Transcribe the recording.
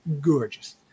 gorgeous